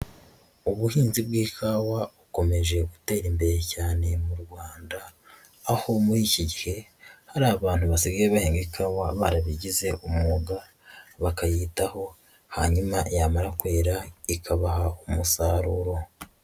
Ubuhinzi bw'ikawa bukomeje gutera imbere cyane mu Rwanda, aho muri iki gihe hari abantu basigaye bahinga ikawa barabigize umwuga, bakayitaho, hanyuma yamara kwera ikabaha umusaruro.